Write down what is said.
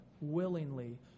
willingly